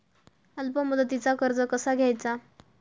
अल्प मुदतीचा कर्ज कसा घ्यायचा?